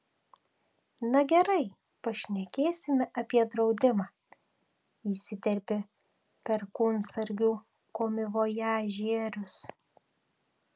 na gerai pašnekėsime apie draudimą įsiterpė perkūnsargių komivojažierius